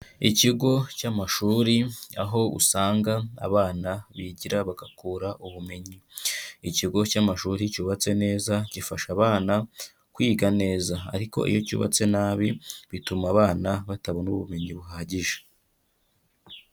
Ikigo cy'amashuri aho usanga abana bigira bagakura ubumenyi, ikigo cy'amashuri cyubatse neza, gifasha abana kwiga neza, ariko iyo cyubatse nabi bituma abana batabona ubumenyi buhagije.